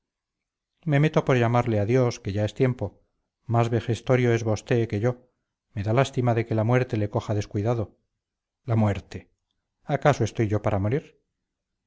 me meto por llamarle a dios que ya es tiempo más vejestorio es vosté que yo me da lástima de que la muerte le coja descuidado la muerte acaso estoy yo para morir